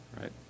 right